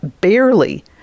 barely